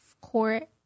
court